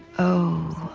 oh.